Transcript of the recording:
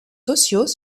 sociaux